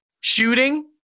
Shooting